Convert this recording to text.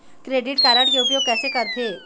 Credit card के उपयोग कैसे करथे?